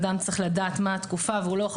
אדם צריך לדעת מה התקופה והוא לא יכול